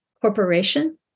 corporation